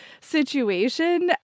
situation